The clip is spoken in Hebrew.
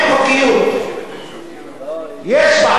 יש בעיה בפילוסופיה ובתפיסה הפילוסופית,